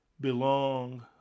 belong